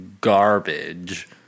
garbage